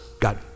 got